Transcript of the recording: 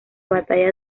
batalla